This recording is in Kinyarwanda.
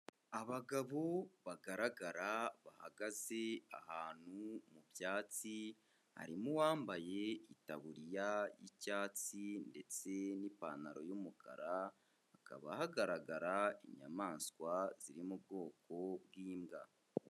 Abagabo bagaragara bahagaze ahantu mu byatsi, harimo uwambaye itaburiya y'icyatsi ndetse n'ipantaro y'umukara, hakaba hagaragara inyamaswa ziri mu ubwoko bw'imbwa.